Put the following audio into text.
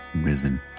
risen